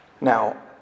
Now